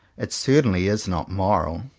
it certainly is not moral,